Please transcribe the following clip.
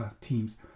teams